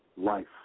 Life